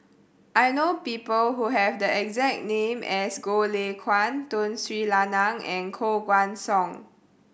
I know people who have the exact name as Goh Lay Kuan Tun Sri Lanang and Koh Guan Song